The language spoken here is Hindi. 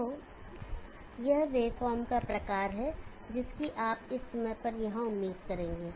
तो यह वेव फॉर्म का प्रकार है जिसकी आप इस समय पर यहां उम्मीद करेंगे